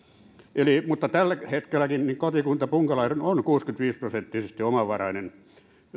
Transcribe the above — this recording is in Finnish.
mutta tällä hetkelläkin kotikuntani punkalaidun on kuusikymmentäviisi prosenttisesti omavarainen